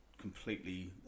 completely